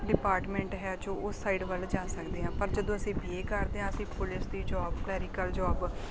department ਹੈ ਜੋ ਉਸ ਸਾਈਡ ਵੱਲ ਜਾ ਸਕਦੇ ਹਾਂ ਪਰ ਜਦੋਂ ਅਸੀਂ ਬੀ ਏ ਕਰਦੇ ਹਾਂ ਅਸੀਂ ਪੁਲਿਸ ਦੀ ਜੋਬ ਕਲੈਰੀਕਲ ਜੋਬ